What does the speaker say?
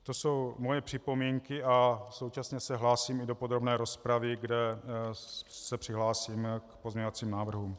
To jsou moje připomínky a současně se hlásím i do podrobné rozpravy, kde se přihlásím k pozměňovacím návrhům.